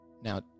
Now